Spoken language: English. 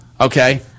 Okay